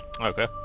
Okay